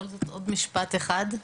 להוסיף עוד משפט אחד.